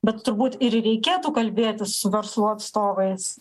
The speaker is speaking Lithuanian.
bet turbūt ir reikėtų kalbėtis su verslo atstovais